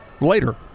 later